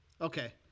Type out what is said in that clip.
Okay